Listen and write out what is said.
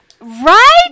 right